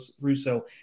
Russo